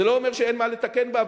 זה לא אומר שאין מה לתקן בה,